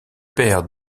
père